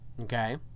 Okay